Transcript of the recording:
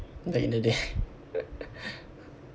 back in the day